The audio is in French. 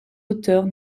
auteurs